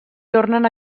tornen